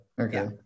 okay